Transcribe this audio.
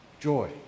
joy